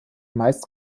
meist